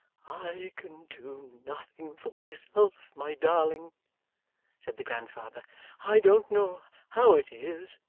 i can do nothing for myself, my darling said the grandfather i don't know how it is,